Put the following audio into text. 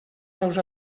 seus